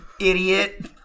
idiot